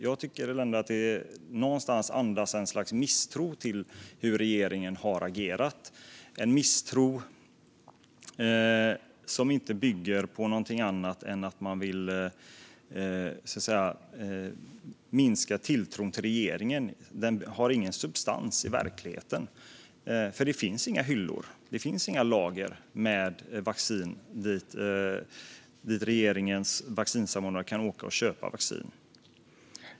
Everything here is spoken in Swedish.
Jag tycker att det någonstans andas misstro mot hur regeringen har agerat - en misstro som inte bygger på något annat än att man vill minska tilltron till regeringen. Den har ingen substans i verkligheten, för det finns inga hyllor. Det finns inga lager med vaccin dit regeringens vaccinsamordnare kan åka och köpa vaccin.